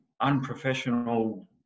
unprofessional